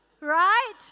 right